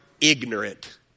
ignorant